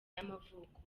y’amavuko